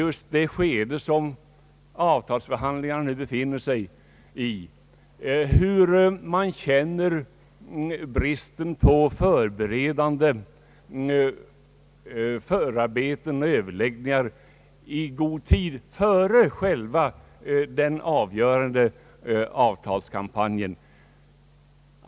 Under de avtalsförhandlingar som nu pågår har vi fått erfara vad det betyder att förberedselsearbeten och överläggningar inte sker i god tid före den avgörande avtalskampanjen.